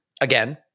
again